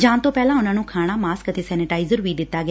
ਜਾਣ ਤੋਂ ਪਹਿਲਾਂ ਉਨ੍ਹਾ ਨੂੰ ਖਾਣਾ ਮਾਸਕ ਅਤੇ ਸੈਨੇਟਾਈਜ਼ਰ ਵੀ ਦਿੱਤਾ ਗਿਆ